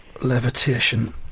levitation